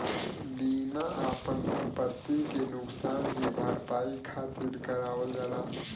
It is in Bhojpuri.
बीमा आपन संपति के नुकसान की भरपाई खातिर करावल जाला